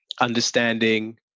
understanding